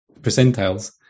percentiles